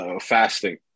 Fasting